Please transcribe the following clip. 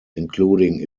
including